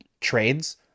trades